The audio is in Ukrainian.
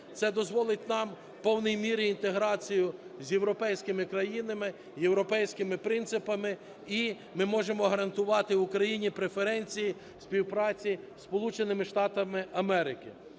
Це дозволить нам в повній мірі інтеграцію з європейськими країнами, європейськими принципами. І ми можемо гарантувати Україні преференції співпраці з